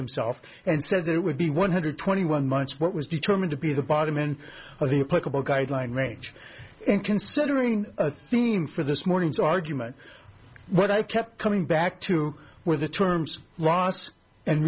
himself and said it would be one hundred twenty one months what was determined to be the bottom end of the political guideline range and considering a theme for this morning's argument what i kept coming back to where the terms ross and